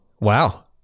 wow